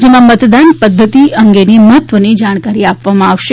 જેમાં મતદાન પદ્ધતિ અંગેની મહત્વની જાણકારી આપવામાં આવશે